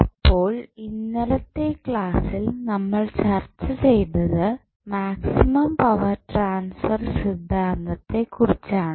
അപ്പോൾ ഇന്നലത്തെ ക്ലാസ്സിൽ നമ്മൾ ചർച്ച ചെയ്തത് മാക്സിമം പവർ ട്രാൻസ്ഫർ സിദ്ധാന്തത്തെ കുറിച്ചാണ്